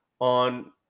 on